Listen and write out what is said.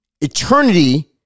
Eternity